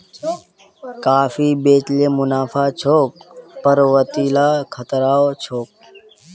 काफी बेच ल मुनाफा छोक पर वतेला खतराओ छोक